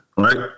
Right